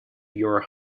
your